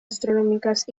astronómicas